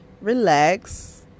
relax